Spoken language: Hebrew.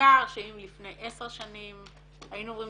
ניכר שאם לפני 10 שנים היינו אומרים